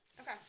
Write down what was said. Okay